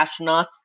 astronauts